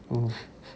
mm